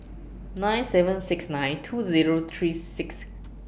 nine seven six nine two Zero three six